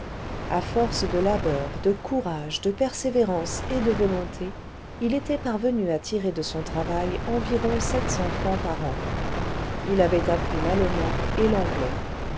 à force de labeur de courage de persévérance et de volonté il était parvenu à tirer de son travail environ sept cents francs par an il avait appris l'allemand et l'anglais